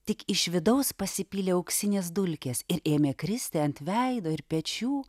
tik iš vidaus pasipylė auksinės dulkės ir ėmė kristi ant veido ir pečių